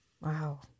Wow